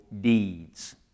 deeds